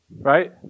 right